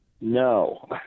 no